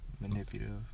manipulative